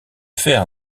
fer